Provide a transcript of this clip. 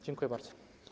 Dziękuję bardzo.